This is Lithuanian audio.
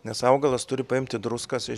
nes augalas turi paimti druskas iš